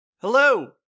hello